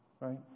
right